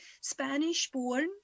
Spanish-born